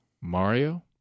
Mario